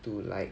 to like